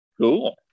Cool